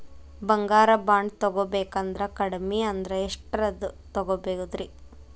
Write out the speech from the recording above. ಬಂಗಾರ ಬಾಂಡ್ ತೊಗೋಬೇಕಂದ್ರ ಕಡಮಿ ಅಂದ್ರ ಎಷ್ಟರದ್ ತೊಗೊಬೋದ್ರಿ?